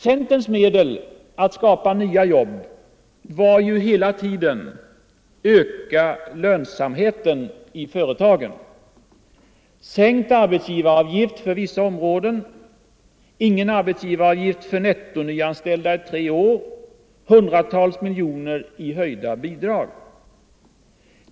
Centerns medel för att skapa nya jobb var ju hela tiden: Öka lönsamheten i företagen — sänkt arbetsgivaravgift för vissa områden, ingen arbetsgivaravgift för nettoantalet nyanställda i tre år, hundratals miljoner i höjda bidrag!